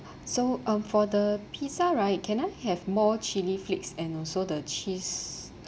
so um for the pizza right can I have more chilli flakes and also the cheese